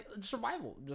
survival